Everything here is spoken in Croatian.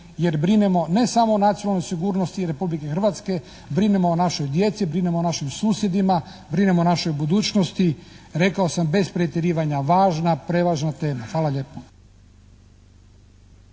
jer brinemo ne samo o nacionalnoj sigurnosti Republike Hrvatske, brinemo o našoj djeci, brinemo o našim susjedima, brinemo o našoj budućnosti, rekao sam bez pretjerivanja važna, prevažna tema. Hvala lijepa.